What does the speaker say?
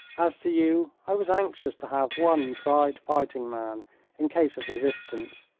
as to you, i was anxious to have one tried fighting man in case of resistance,